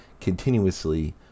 continuously